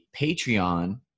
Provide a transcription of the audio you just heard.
patreon